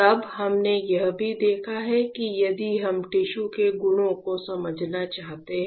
तब हमने यह भी देखा है कि यदि हम टिश्यू के गुणों को समझना चाहते हैं